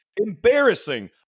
embarrassing